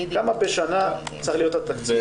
כמה בשנה צריך להיות התקציב.